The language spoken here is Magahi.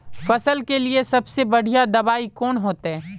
फसल के लिए सबसे बढ़िया दबाइ कौन होते?